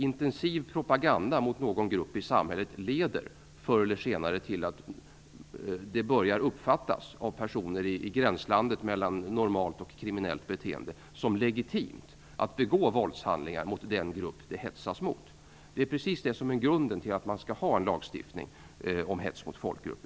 Intensiv propaganda mot en grupp i samhället leder förr eller senare till att det av personer i gränslandet mellan normalt och kriminellt beteende börjar uppfattas som legitimt att begå våldshandlingar mot den grupp som hetsen riktar sig mot. Det är det som är grunden till att man över huvudtaget skall ha en lagstiftning om hets mot folkgrupp.